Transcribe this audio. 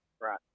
Right